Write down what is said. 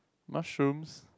mushrooms